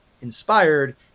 inspired